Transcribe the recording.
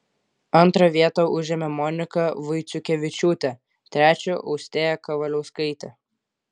antrą vietą užėmė monika vaiciukevičiūtė trečią austėja kavaliauskaitė